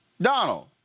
Donald